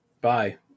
bye